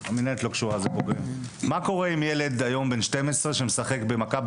מה קורה אם ילד היום בן 12 שמשחק במכבי